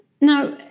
Now